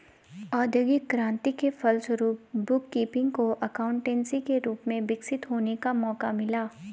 औद्योगिक क्रांति के फलस्वरूप बुक कीपिंग को एकाउंटेंसी के रूप में विकसित होने का मौका मिला